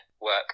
work